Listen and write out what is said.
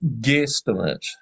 guesstimate